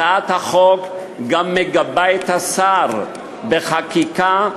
הצעת החוק גם מגבה את השר, בחקיקה,